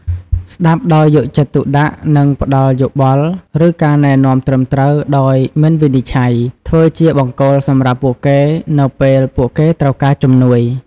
ស្ដាប់ដោយយកចិត្តទុកដាក់ និងផ្ដល់យោបល់ ឬការណែនាំត្រឹមត្រូវ ដោយមិនវិនិច្ឆ័យ ធ្វើជាបង្គោលសម្រាប់ពួកគេនៅពេលពួកគេត្រូវការជំនួយ ។